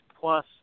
plus